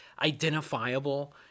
identifiable